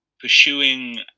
pursuing